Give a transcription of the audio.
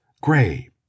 gray